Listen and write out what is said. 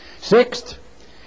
Sixth